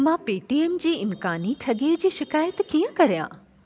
मां पेटीएम जी इम्क़ानी ठगीअ जी शिकाइति कीअं करिया